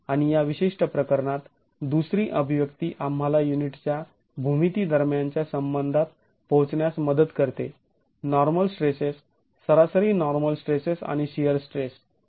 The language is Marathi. आणि या विशिष्ट प्रकरणात दुसरी अभिव्यक्ती आम्हाला युनिटच्या भूमिती दरम्यानच्या संबंधात पोहोचण्यास मदत करते नॉर्मल स्ट्रेसेस सरासरी नॉर्मल स्ट्रेसेस आणि शिअर स्ट्रेस